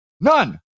None